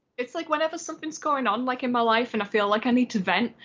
it's like whenever something's going on like in my life and i feel like i need to vent,